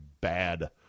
bad